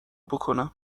بکنم